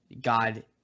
God